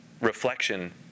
reflection